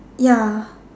ya